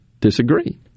disagree